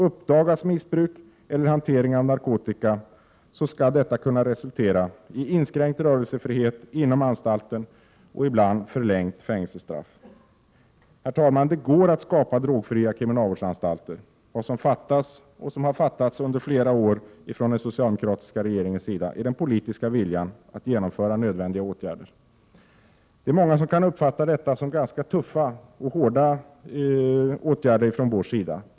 Uppdagas missbruk eller hantering av narkotika skall detta kunna resultera i inskränkt rörelsefrihet inom anstalten och ibland förlängt fängelsestraff. Herr talman! Det går att skapa drogfria kriminalvårdsanstalter. Vad som saknas och som under flera år har fattats inom den socialdemokratiska regeringen är den politiska viljan att genomföra nödvändiga åtgärder. Många kan uppfatta de åtgärder som vi föreslår som ganska tuffa.